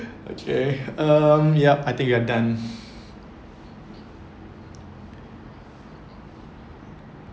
okay um yup I think we are done